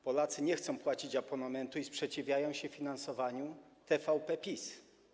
Polacy nie chcą płacić abonamentu i sprzeciwiają się finansowaniu TVP PiS.